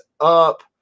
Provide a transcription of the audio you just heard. up